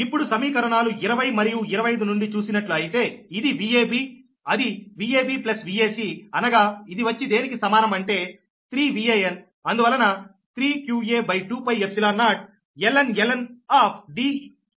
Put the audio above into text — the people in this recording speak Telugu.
ఇప్పుడు సమీకరణాలు 20 మరియు 25 నుండి చూసినట్లు అయితే ఇది Vab అది Vab Vac అనగా ఇది వచ్చి దేనికి సమానం అంటే 3 Van అందువలన 3qa2π0 ln Deqr 3 Van